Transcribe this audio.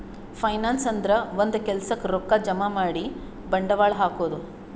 finance ಅಂದ್ರ ಒಂದ್ ಕೆಲ್ಸಕ್ಕ್ ರೊಕ್ಕಾ ಜಮಾ ಮಾಡಿ ಬಂಡವಾಳ್ ಹಾಕದು